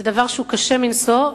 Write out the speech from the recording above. זה דבר קשה מנשוא,